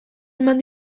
eman